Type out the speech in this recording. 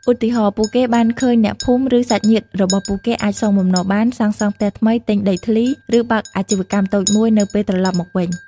ឧទាហរណ៍ ពួកគេបានឃើញអ្នកភូមិ ឬសាច់ញាតិរបស់ពួកគេអាចសងបំណុលបាន សាងសង់ផ្ទះថ្មី ទិញដីធ្លី ឬបើកអាជីវកម្មតូចមួយនៅពេលត្រឡប់មកវិញ។